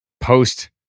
post